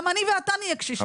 גם אני ואתה נהיה קשישים,